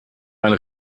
einen